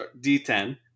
d10